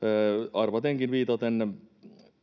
arvatenkin viitaten